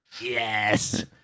Yes